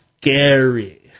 scary